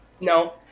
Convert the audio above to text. No